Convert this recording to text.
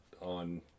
on